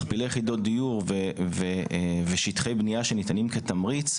מכפילי יחידות דיור ושטחי בנייה שניתנים כתמריץ,